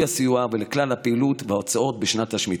הסיוע ולכלל הפעילות וההוצאות בשנת השמיטה.